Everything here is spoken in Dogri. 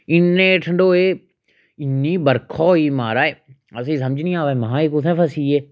इन्ने ठंडोए इन्नी बरखा होई महाराज असेंगी समझ नी आवै महां एह् कुत्थैं फसी गे